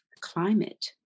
climate